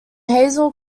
hazel